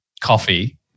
coffee